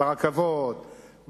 ברכבות,